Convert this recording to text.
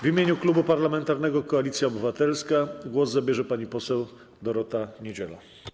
W imieniu Klubu Parlamentarnego Koalicja Obywatelska głos zabierze pani poseł Dorota Niedziela.